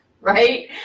right